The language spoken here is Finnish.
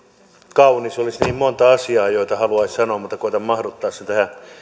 kaunis olisi niin monta asiaa joita haluaisi sanoa mutta koetan mahduttaa sen tähän